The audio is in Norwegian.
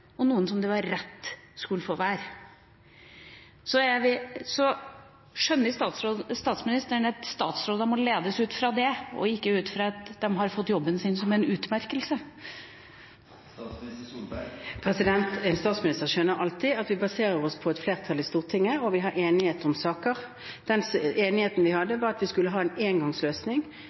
og noen som det var rett å la være. Skjønner statsministeren at statsråder må ledes ut fra det, og ikke som om de har fått jobben sin som en utmerkelse? En statsminister skjønner alltid at vi baserer oss på et flertall i Stortinget, og vi har enighet om saker. Den enigheten vi